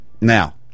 Now